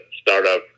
startup